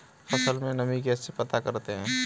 फसल में नमी कैसे पता करते हैं?